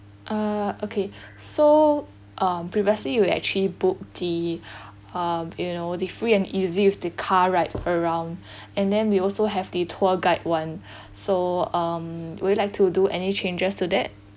uh okay so uh previously you actually book the uh you know the free and easy with the car right around and then we also have the tour guide one so um would you like to do any changes to that